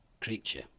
creature